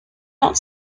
not